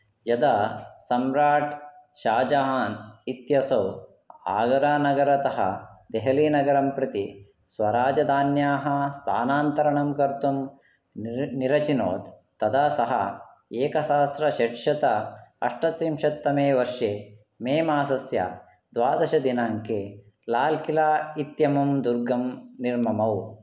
यदा सम्राट् शाहजहान् इत्यसौ आगरानगरतः देहली नगरं प्रति स्वराजधान्याः स्थानान्तरणं कर्तुं निर निरचिनोत् तदा सः एकसहस्रषट्शत अष्टत्रिंशत् तमे वर्षे मे मासस्य द्वादश दिनाङ्के लालकिला इत्यमुं दुर्गं निर्ममौ